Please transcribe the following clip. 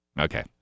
Okay